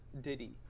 Diddy